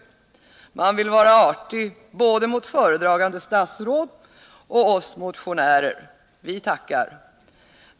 Utskottet vill vara artigt både mot föredragande statsråd och mot oss motionärer. Vi tackar.